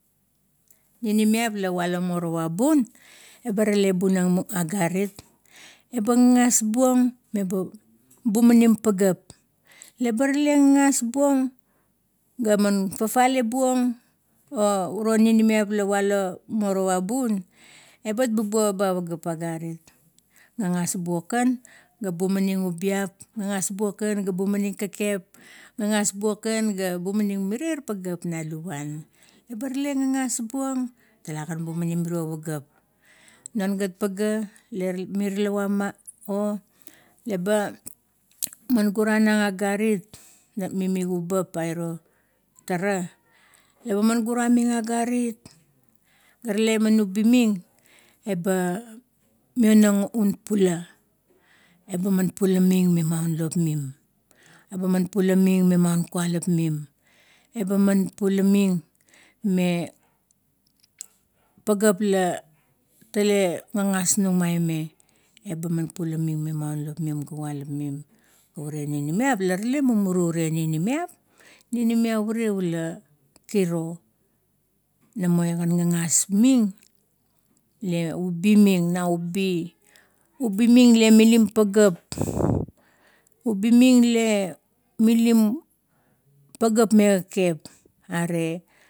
Ninimiap la walo morona bun, eba rale bunang agarit eba gagas bung meba bumaning pageap, leba rale gagas bung ga man fafale buong o uro ninimiap la walo morowa bun, ebet bubuo ba pageap agarit. Gagas bung kan ga bumaning ubiap, gagas buong kan ga bumaning kakep, gagas buong kan ga biemaning mirier pageap na luguan. Leba rale gagas buong talagan bumaning mirio pageap. Non gat pageala miralawa ma, o leba man tuguranang agarit, mimi kubap a iro tara eba man guraming a garit ga rale man ubi ming, eba mionang un pula. Eba man pulamin memaun lop mim, man pulamin me maun kualapmim. Eba man pulamin me pageap a tale gagas nung maime, eba ma pulamin me maun lop mim ga kualap mim, ure ninimiap la rale muru ure ninimiap, ninimiap ureula kiro. Namo eagan gagas ming me ubi min nau ubi, ubi ming le milim pageap, ubi ming le milim pageap me kekep are.